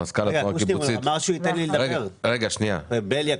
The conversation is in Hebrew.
מזכ"ל התנועה הקיבוצית ואחר כך